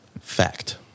Fact